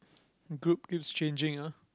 group keeps changing ah